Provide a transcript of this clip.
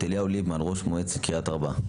אליהו ליבמן, ראש מועצת קריית ארבע.